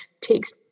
takes